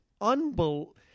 unbelievable